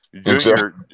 junior